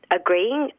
agreeing